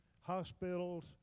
hospitals